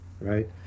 right